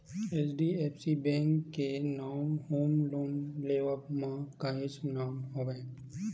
HDFC bank के नांव home loan के लेवब म काहेच नांव हवय